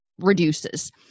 reduces